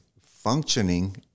functioning